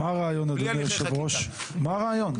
אדוני היושב-ראש, מה הרעיון?